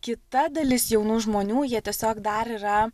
kita dalis jaunų žmonių jie tiesiog dar yra